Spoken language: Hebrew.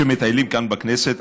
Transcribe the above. שמטיילים כאן בכנסת,